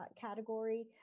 category